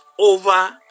over